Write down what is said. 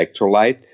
electrolyte